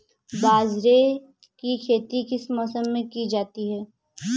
बाजरे की खेती किस मौसम में की जाती है?